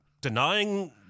denying